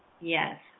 Yes